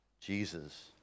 Jesus